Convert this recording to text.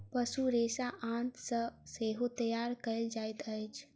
पशु रेशा आंत सॅ सेहो तैयार कयल जाइत अछि